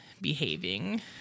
behaving